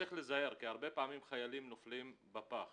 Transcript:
צריך להיזהר, כי הרבה פעמים חיילים נופלים בפח